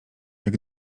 jak